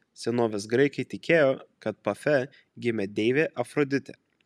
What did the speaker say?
senovės graikai tikėjo kad pafe gimė deivė afroditė